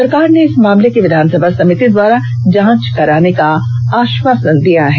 सरकार ने इस मामले की विधानसभा समिति द्वारा जांच कराने का आश्वासन दिया है